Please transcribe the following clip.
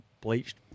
bleached